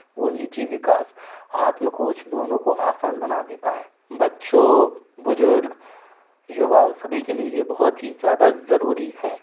वो निजी विकास आत्मकोज दोनों को आसान बना देता है बच्चों बुज़ुर्ग युवाओं सभी के लिए ये बहुत ही ज़्यादा ज़रूरी है